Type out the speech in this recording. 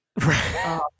right